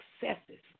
successes